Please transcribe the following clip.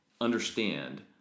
understand